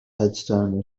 headstone